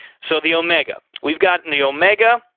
so the omega. we've got and the omega.